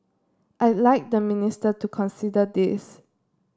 I'd like the minister to consider this